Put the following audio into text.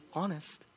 honest